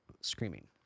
screaming